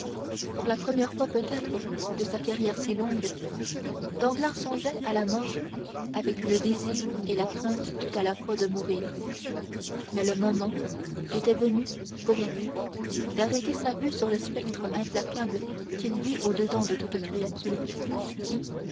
pour la première fois peut-être de sa carrière si longue danglars songeait à la mort avec le désir et la crainte tout à la fois de mourir mais le moment était venu pour lui d'arrêter sa vue sur le spectre implacable qui vit au-dedans de toute créature qui